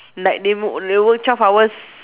like they wo~ they work twelve hours